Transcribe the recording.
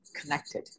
connected